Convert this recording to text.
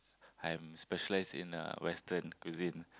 I'm specialised in uh Western cuisine